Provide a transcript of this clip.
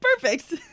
Perfect